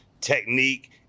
technique